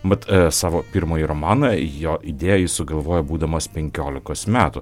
mat savo pirmąjį romaną jo idėją jis sugalvojo būdamas penkiolikos metų